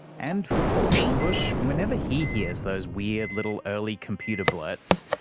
and for paul doornbusch, whenever he hears those weird little early computer blurts,